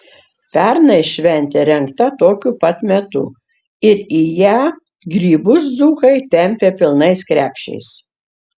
pernai šventė rengta tokiu pat metu ir į ją grybus dzūkai tempė pilnais krepšiais